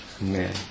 man